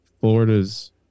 Florida's